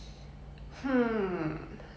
but I'm not sure if I'm interested